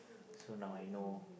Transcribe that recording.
so now I know